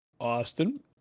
Austin